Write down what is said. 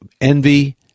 envy